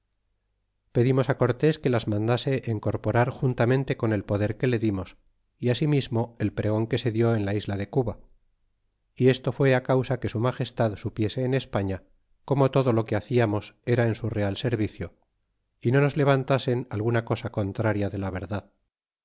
pedimos cortés que las mandase encorporar juntamente con el poder que le dimos y asimismo el pregon que se dió en la isla de cuba y esto fue causa que su magestad supiese en españa como todo lo que haciamos era en su real servicio y no nos levantasen alguna cosa contraria de la verdad